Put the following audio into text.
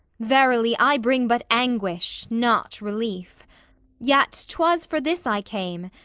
verily, i bring but anguish, not relief yet, twas for this i came,